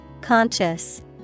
Conscious